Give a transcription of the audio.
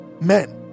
men